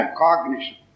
cognition